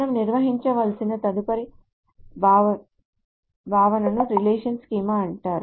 మనం నిర్వచించాల్సిన తదుపరి భావనను రిలేషన్ స్కీమా అంటారు